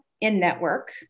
in-network